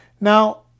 Now